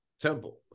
Temple